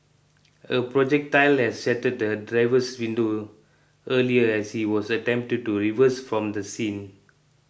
a projectile had shattered his driver's window earlier as he was attempting to reverse from the scene